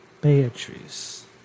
Beatrice